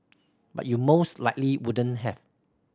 but you most likely wouldn't have